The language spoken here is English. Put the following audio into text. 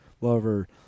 lover